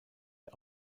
der